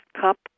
cup